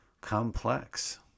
complex